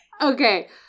Okay